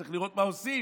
צריך לראות מה עושים.